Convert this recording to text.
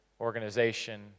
organization